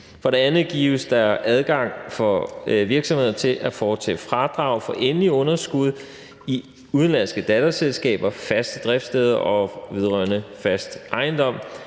For det andet gives der adgang for virksomheder til at foretage fradrag for endelige underskud i udenlandske datterselskaber, faste driftssteder og vedrørende fast ejendom.